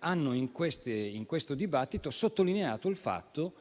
in questo dibattito hanno sottolineato il fatto